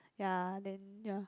ya then ya